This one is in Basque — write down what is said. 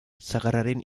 sagarraren